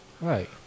Right